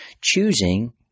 choosing